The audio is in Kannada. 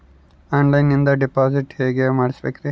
ಆನ್ಲೈನಿಂದ ಡಿಪಾಸಿಟ್ ಹೇಗೆ ಮಾಡಬೇಕ್ರಿ?